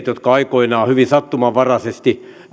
jotka aikoinaan hyvin sattumanvaraisesti